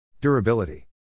Durability